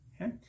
Okay